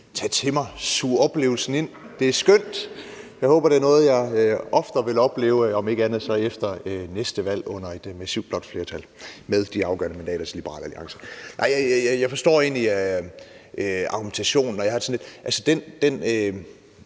tage til mig – suge oplevelsen ind; det er skønt. Jeg håber, det er noget, jeg oftere vil opleve – om ikke andet så efter næste valg under et massivt blåt flertal med de afgørende mandater til Liberal Alliance. Jeg forstår egentlig argumentationen, og jeg